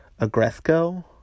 Agresco